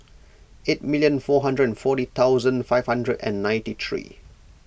eight minute four hundred and forty thousand five hundred and ninety three